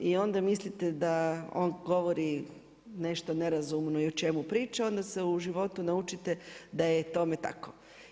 I onda mislite da on govori nešto nerazumno i o čemu priča a onda se u životu naučite da je tome tako.